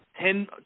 ten